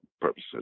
purposes